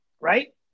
right